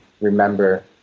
remember